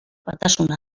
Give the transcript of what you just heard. batasuna